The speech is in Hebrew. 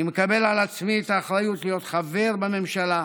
אני מקבל על עצמי את האחריות להיות חבר בממשלה,